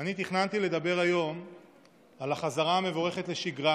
אני תכננתי לדבר היום על החזרה המבורכת לשגרה,